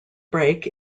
break